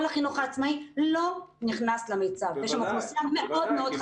כל החינוך העצמאי לא נכנס למיצ"ב ויש שם אוכלוסייה מאוד-מאוד חזקה.